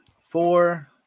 four